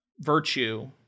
virtue